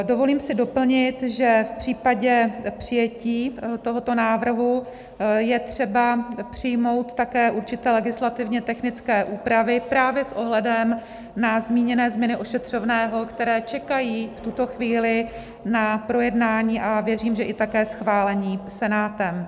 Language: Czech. Dovolím si doplnit, že v případě přijetí tohoto návrhu je třeba přijmout také určité legislativně technické úpravy právě s ohledem na zmíněné změny ošetřovného, které čekají v tuto chvíli na projednání a věřím, že také schválení Senátem.